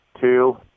two